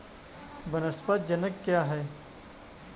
वानस्पतिक जनन क्या होता है?